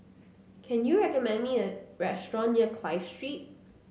can you recommend me a restaurant near Clive Street